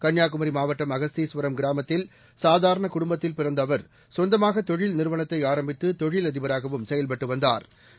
கன்னியாகுமரி மாவட்டம் அகஸ்தீஸ்வரம் கிராமத்தில் சாதாரண குடும்பத்தில் பிறந்த அவர் சொந்தமாக தொழில் நிறுவனத்தை ஆரம்பித்து தொழிலதிபராகவும் செயல்பட்டு வந்தாா்